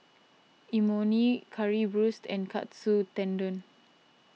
Imoni Currywurst and Katsu Tendon